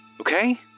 Okay